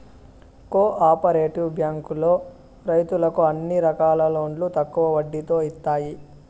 co operative బ్యాంకులో రైతులకు అన్ని రకాల లోన్లు తక్కువ వడ్డీతో ఇత్తాయి